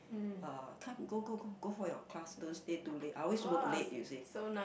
ah time to go go go go for your class don't stay too late I always work late you see